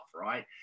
right